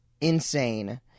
insane